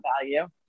value